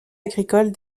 agricole